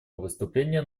выступление